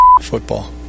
football